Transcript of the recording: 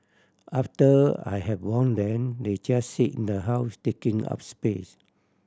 after I have worn them they just sit in the house taking up space